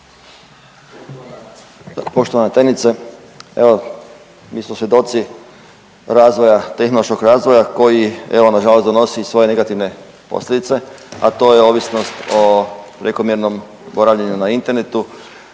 Poštovana tajnice evo mi smo svjedoci razvoja, tehnološkog razvoja koji evo nažalost donosi i svoje negativne posljedice, a to je ovisnost o prekomjernom boravljenju na internetu,